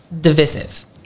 Divisive